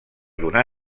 donar